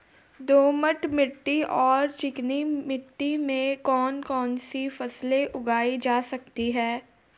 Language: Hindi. दोमट मिट्टी और चिकनी मिट्टी में कौन कौन सी फसलें उगाई जा सकती हैं?